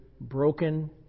broken